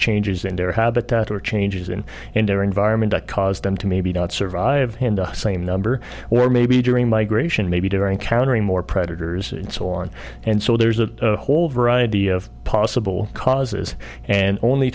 changes in their habitat or changes in in their environment that caused them to maybe not survive same number or maybe during my maybe during countering more predators and so on and so there's a whole variety of possible causes and only